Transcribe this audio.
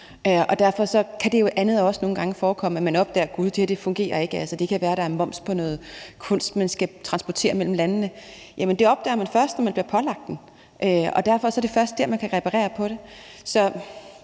Derfor kan det andet jo også nogle gange forekomme, nemlig at man opdager: Gud, det her fungerer ikke. Det kan være, der er moms på noget kunst, man skal transportere mellem landene. Det opdager man først, når man bliver pålagt den. Derfor er det først dér, man kan reparere på det.